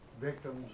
victims